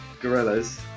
Gorillas